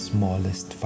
smallest